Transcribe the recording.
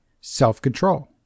self-control